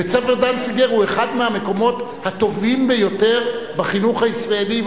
בית-ספר "דנציגר" הוא אחד המקומות הטובים ביותר בחינוך הישראלי,